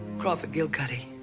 crawford gilcuddy.